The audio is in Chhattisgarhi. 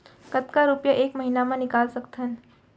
कतका रुपिया एक महीना म निकाल सकथन?